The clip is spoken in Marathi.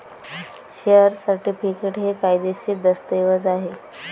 शेअर सर्टिफिकेट हे कायदेशीर दस्तऐवज आहे